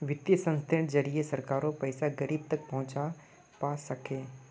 वित्तीय संस्थानेर जरिए सरकारेर पैसा गरीब तक पहुंच पा छेक